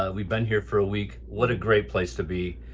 ah we've been here for a week what a great place to be.